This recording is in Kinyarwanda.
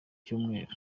cyumweru